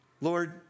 Lord